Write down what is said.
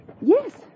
Yes